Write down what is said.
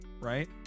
right